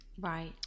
right